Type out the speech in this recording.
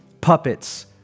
puppets